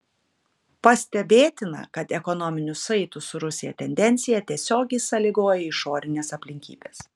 pastebėtina kad ekonominių saitų su rusija tendencija tiesiogiai sąlygoja išorinės aplinkybės